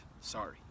sorry